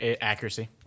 accuracy